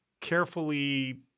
carefully